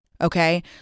okay